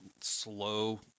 slow